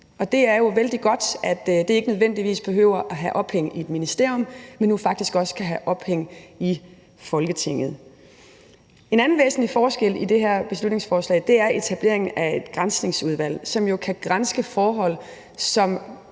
Det er jo vældig godt, at det ikke nødvendigvis behøver at have ophæng i et ministerium, men nu faktisk også kan have ophæng i Folketinget. En anden væsentlig forskel i det her beslutningsforslag er etablering af et granskningsudvalg, som jo kan granske forhold, som